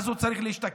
הוא צריך להשתקם.